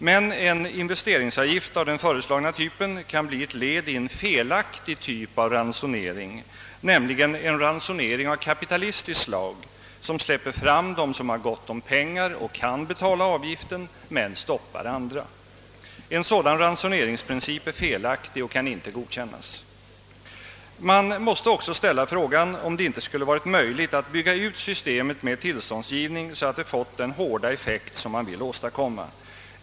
Men en investeringsavgift av den föreslagna typen kan bli ett led i en felaktig ransonering, nämligen en ransonering av kapitalistiskt slag som släpper fram dem, som har gott om pengar och kan betala av giften, men stoppar andra. En sådan ransoneringsprincip är felaktig och kan inte godkännas. Man måste också ställa frågan om det inte skulle varit möjligt att bygga ut systemet med tillståndsgivning så att det fått den hårda effekt man eftersträvar.